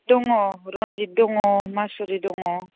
दङ रनजित दङ मासुरि दङ